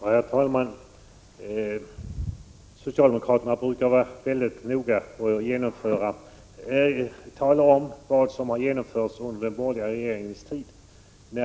Herr talman! Socialdemokraterna brukar vara väldigt noga med att tala om vad som har genomförts under den borgerliga regeringens tid.